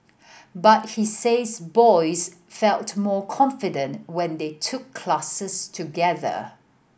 but he says boys felt more confident when they took classes together